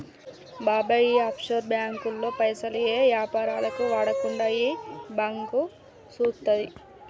బాబాయ్ ఈ ఆఫ్షోర్ బాంకుల్లో పైసలు ఏ యాపారాలకు వాడకుండా ఈ బాంకు సూత్తది